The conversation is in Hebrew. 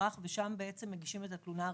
לאזרח ושם בעצם מגישים את התלונה הראשונה.